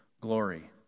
glory